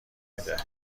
میده